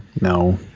no